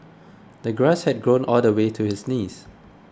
the grass had grown all the way to his knees